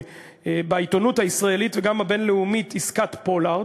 בעיתונות הישראלית וגם הבין-לאומית "עסקת פולארד",